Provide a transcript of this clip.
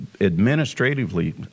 administratively